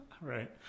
Right